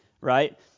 right